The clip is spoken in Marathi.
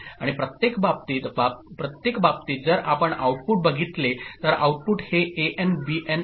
आणि प्रत्येक बाबतीत जर आपण आऊटपुट बघितले तर आउटपुट हे एएन बीएन आहे